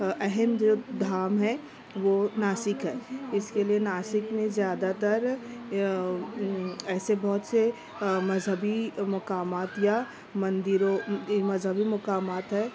اہم جو دھام ہے وہ ناسک ہے اس کے لیے ناسک میں زیادہ تر ایسے بہت سے مذہبی مقامات یا مندروں مذہبی مقامات ہے